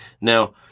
Now